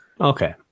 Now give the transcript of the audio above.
Okay